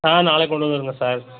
ஆ நாளைக்கு கொண்டு வந்துடுங்க சார்